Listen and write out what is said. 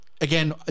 again